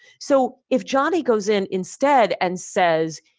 so if johnnie goes in instead and says,